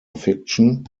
fiction